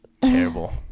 terrible